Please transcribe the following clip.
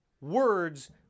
words